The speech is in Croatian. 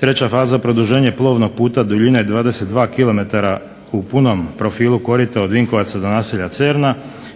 treća faza produženje plovnog puta duljine 22 kilometra u punom profilu korita od Vinkovaca do naselja Cerna,